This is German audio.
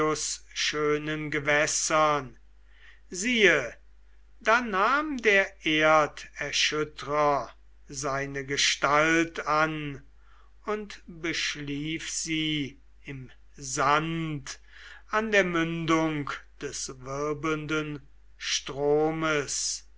schönen gewässern siehe da nahm der erderschütterer seine gestalt an und beschlief sie im sand an der mündung des wirbelnden stromes